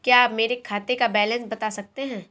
क्या आप मेरे खाते का बैलेंस बता सकते हैं?